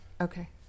okay